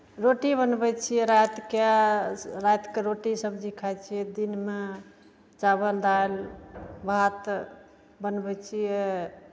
रोटी बनबै छियै रातिकेँ रातिकेँ रोटी सब्जी खाइ छियै दिनमे चावल दालि भात बनबै छियै